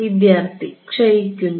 വിദ്യാർത്ഥി ക്ഷയിക്കുന്നു